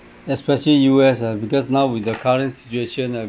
especially U_S ah because now with the current situation ah